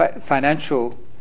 financial